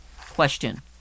Question